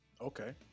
Okay